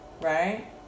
Right